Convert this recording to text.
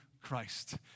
Christ